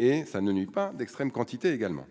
et ça ne nuit pas d'extrême quantité également